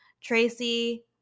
Tracy